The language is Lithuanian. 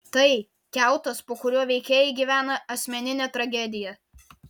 tai kiautas po kuriuo veikėjai gyvena asmeninę tragediją